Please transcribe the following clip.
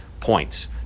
points